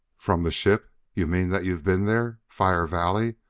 from the ship? you mean that you've been there fire valley?